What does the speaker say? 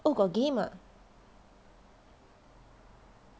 oh got game ah